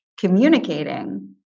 communicating